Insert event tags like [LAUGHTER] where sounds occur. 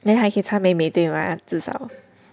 then 还可以穿美美对吗至少 [BREATH]